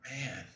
Man